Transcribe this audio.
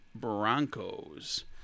Broncos